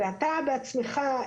אתה בעצמך,